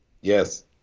Yes